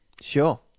Sure